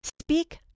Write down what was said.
speak